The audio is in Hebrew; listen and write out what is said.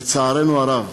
לצערנו הרב,